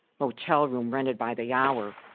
motel room rented by the hour.